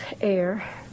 air